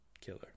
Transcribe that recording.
killer